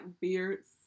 beards